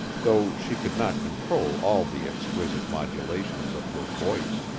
though she could not control all the exquisite modulations of her voice.